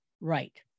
Right